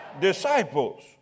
disciples